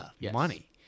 money